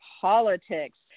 politics